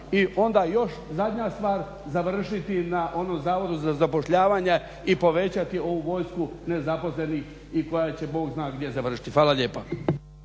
I onda još zadnja stvar završiti na onom Zavodu za zapošljavanje i povećati ovu vojsku nezaposlenih koja će bog zna gdje završiti. Hvala lijepa.